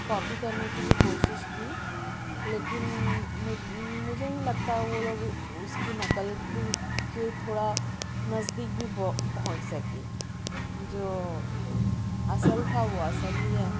copy کرنے کی بھی کوشش کی لیکن مجھے نہیں لگتا وہ لوگ اُس کی نقل بھی کے تھوڑا نزدیک بھی پہنچ سکے جو اصل تھا وہ اصل ہی ہے